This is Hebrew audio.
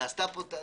נעשתה פה טעות?